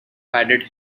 added